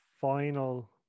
final